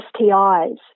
STIs